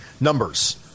numbers